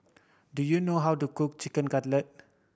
do you know how to cook Chicken Cutlet